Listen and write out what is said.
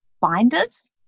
binders